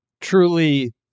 truly